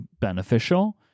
beneficial